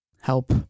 help